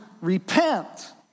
repent